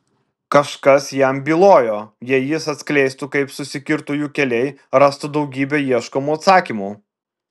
kažkas jam bylojo jei jis atskleistų kaip susikirto jų keliai rastų daugybę ieškomų atsakymų